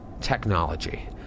technology